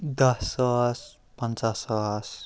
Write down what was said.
دَہ ساس پَنژاہ ساس